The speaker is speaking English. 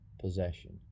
possession